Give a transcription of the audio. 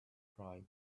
pride